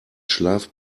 schlaf